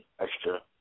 extra